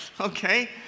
Okay